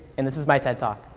and this is my ted talk.